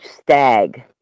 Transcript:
stag